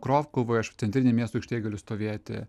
krokuvoj aš centrinėj miesto aikštėj galiu stovėti